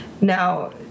Now